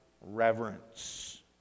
Reverence